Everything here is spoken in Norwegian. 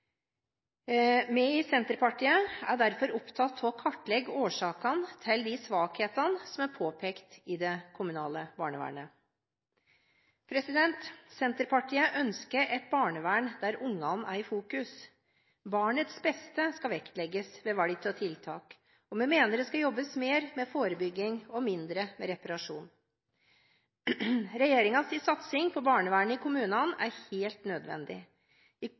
Vi i Senterpartiet er derfor opptatt av å kartlegge årsakene til de svakhetene som er påpekt i det kommunale barnevernet. Senterpartiet ønsker et barnevern der ungene er i fokus. Barnets beste skal vektlegges ved valg av tiltak, og vi mener det skal jobbes mer med forebygging og mindre med reparasjon. Regjeringens satsing på barnevernet i kommunene er helt nødvendig. I